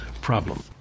problem